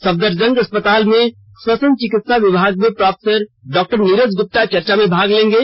सफदरजंग अस्पताल में श्वसन चिकित्सा विभाग में प्रोफेसर डॉ नीरज गुप्ता चर्चा में भाग लेंगे